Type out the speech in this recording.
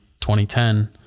2010